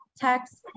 text